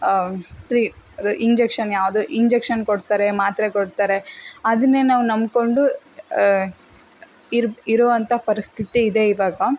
pre injection ಯಾವುದೋ injection ಕೊಡ್ತಾರೆ ಮಾತ್ರೆ ಕೊಡ್ತಾರೆ ಅದನ್ನೇ ನಾವು ನಂಬಿಕೊಂಡು ಇರ್ ಇರುವಂಥ ಪರಿಸ್ಥಿತಿ ಇದೆ ಇವಾಗ